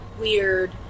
weird